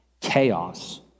chaos